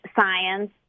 science